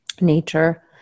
Nature